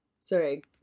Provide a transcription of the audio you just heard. Sorry